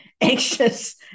anxious